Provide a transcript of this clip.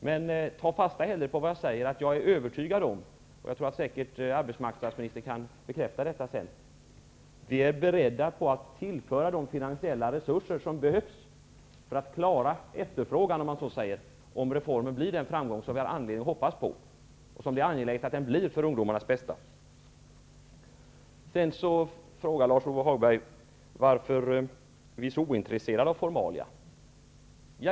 Tag hellre fasta på att jag säger att jag är övertygad om att -- jag är säker på att arbetsmarknadsministern kan bekräfta att det förhåller sig på det viset -- regeringen är beredd att tillföra de finansiella resurser som behövs för att klara den efterfrågan, så att säga, som kan bli aktuell om reformen blir den framgång som vi har anledning att hoppas på. För ungdomarnas bästa är det angeläget att den blir det. Lars-Ove Hagberg frågar också varför vi moderater är så ointresserade av formalia.